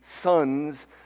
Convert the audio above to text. sons